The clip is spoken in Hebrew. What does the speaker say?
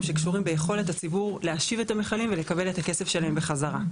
שקשורים ביכולת הציבור להשיב את המכלים ולקבל את הכסף שלהם בחזרה.